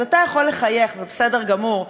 אז אתה יכול לחייך, זה בסדר גמור.